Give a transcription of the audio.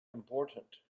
important